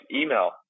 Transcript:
email